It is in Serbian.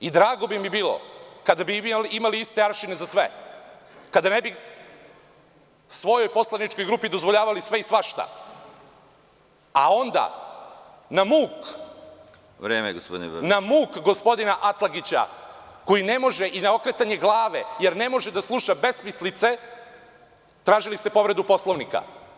I drago bi mi bilo kada bi imali iste aršine za sve, kada ne bi svojoj poslaničkoj grupi dozvoljavali sve i svašta, a onda na muk i na okretanje glave gospodina Atlagića, jer ne može da sluša besmislice, tražili ste povredu Poslovnika.